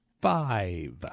Five